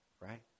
Right